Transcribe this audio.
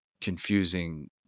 confusing